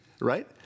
right